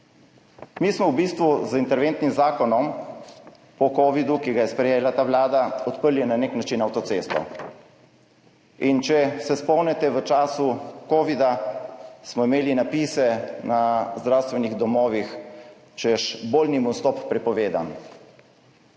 Mi smo v bistvu z interventnim zakonom po covidu, ki ga je sprejela ta vlada, na nek način odprli avtocesto. Če se spomnite, v času covida smo imeli napise na zdravstvenih domovih, češ, bolnim vstop prepovedan.